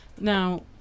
Now